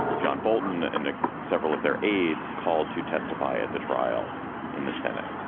john bolton and ah several of their aides called to testify at the trial in the senate.